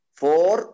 four